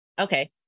okay